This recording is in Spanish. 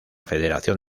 federación